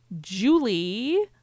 Julie